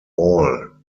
all